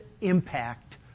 impact